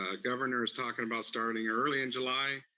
ah governor is talking about starting early in july.